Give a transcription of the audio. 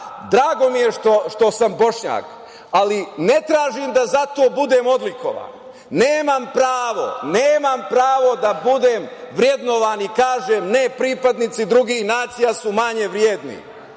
drago mi je što sam Bošnjak, ali ne tražim da zato budem odlikovan. Nemam pravo da budem vrednovan i kažem – ne, pripadnici drugih nacija su manje vredni.